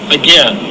again